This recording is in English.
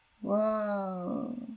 Whoa